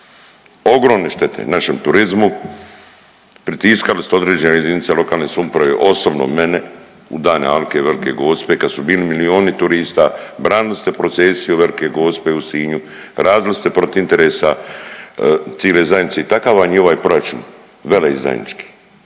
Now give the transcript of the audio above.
ogromne štete našem turizmu, pritiskali ste određene jedinice lokalne samouprave osobno mene u Dane alke, Velike Gospe kada su bili milijuni turista, branili ste procesiju Velike Gospe u Sinju, radili ste protiv interesa cile zajednice i takav vam je i ovaj proračun veleizdajnički.